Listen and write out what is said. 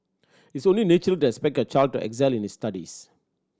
it's only natural to expect your child to excel in his studies